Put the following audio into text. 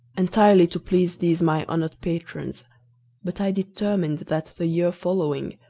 entirely to please these my honoured patrons but i determined that the year following,